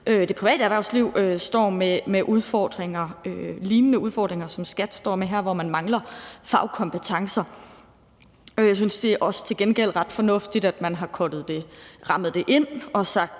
det private erhvervsliv står med lignende udfordringer, som skattevæsenet står med her, hvor man mangler fagkompetencer. Jeg synes til gengæld også, at det er ret fornuftigt, at man har rammet det ind og sagt,